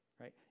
right